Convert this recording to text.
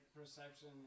Perception